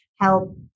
help